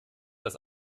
dass